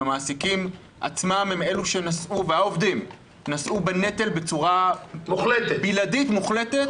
המעסיקים והעובדים עצמם נשאו בנטל בצורה בלעדית ומוחלטת.